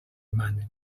emanen